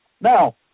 Now